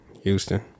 Houston